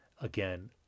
again